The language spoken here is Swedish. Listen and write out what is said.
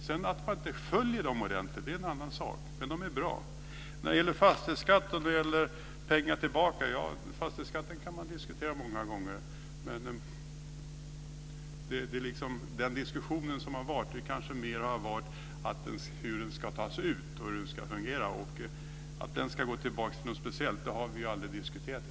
Att man sedan inte följer dem ordentligt är en annan sak. När det gäller fastighetsskatten och pengar tillbaka kan man diskutera fastighetsskatten många gånger. Men den diskussion som har förts har mera handlat om hur den ska tas ut och hur den ska fungera. Att fastighetsskatten ska gå tillbaka till någonting speciellt har vi tidigare aldrig diskuterat.